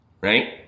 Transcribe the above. Right